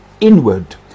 inward